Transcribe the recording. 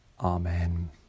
Amen